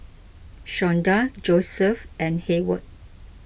Shawnda Josef and Heyward